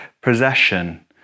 possession